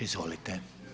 Izvolite.